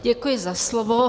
Děkuji za slovo.